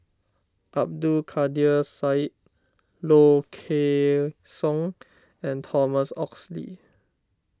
Abdul Kadir Syed Low Kway Song and Thomas Oxley